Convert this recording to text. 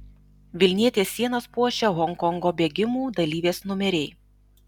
vilnietės sienas puošia honkongo bėgimų dalyvės numeriai